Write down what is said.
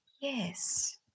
yes